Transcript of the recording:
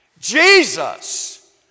Jesus